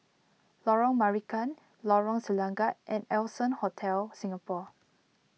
Lorong Marican Lorong Selangat and Allson Hotel Singapore